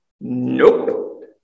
Nope